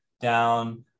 down